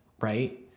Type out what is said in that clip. right